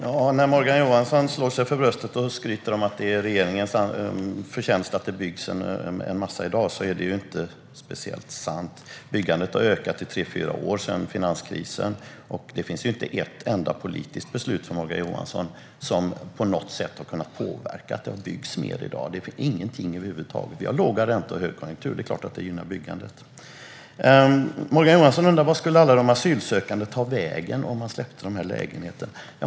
Herr talman! Morgan Johansson slår sig för bröstet och skryter om att det är regeringens förtjänst att det byggs en massa i dag. Men det är inte sant. Byggandet har ökat i tre fyra år efter finanskrisen, och det finns inte ett enda politiskt beslut från Morgan Johansson som på något sätt har påverkat att det byggs mer i dag. Vi har låga räntor och högkonjunktur, och det är klart att det gynnar byggandet. Morgan Johansson undrar var alla de asylsökande ska ta vägen om man släpper dessa lägenheter?